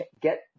get